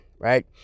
right